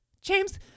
James